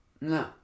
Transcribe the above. No